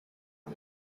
uyu